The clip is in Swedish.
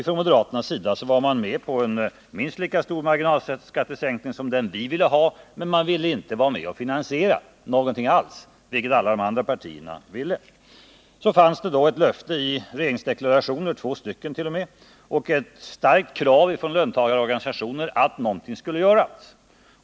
Från moderaternas sida var man med på en minst lika stor marginalskattesänkning som den vi ville ha, men man ville inte vara med och finansiera något alls, vilket de andra partierna ville. Det fanns löften i två regeringsdeklarationer och ett starkt krav från löntagarorganisationerna på att någonting skulle göras.